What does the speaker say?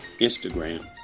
Instagram